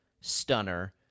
stunner